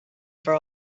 for